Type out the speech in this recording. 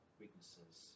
weaknesses